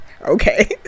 okay